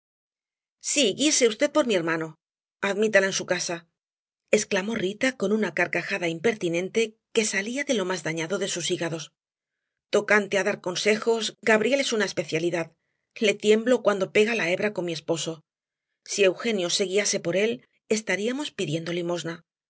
guíese v por mi hermano admítala en su casa exclamó rita con una carcajada impertinente que salía de lo más dañado de sus hígados tocante á dar consejos gabriel es una especialidad le tiemblo cuando pega la hebra con mi esposo si eugenio se guiase por él estaríamos pidiendo limosna